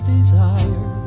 desire